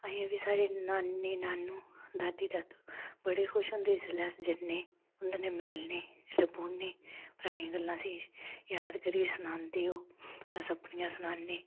अजें साढ़े नानी नानू दादी दादू बड़े खुश होंदे जिसलै अस जंदे उं'दे कन्नै मिलने जिसलै बौह्न्न पुरानी गल्लां असें गी याद करियै सनांदे ओह् अस अपनियां सनान्ने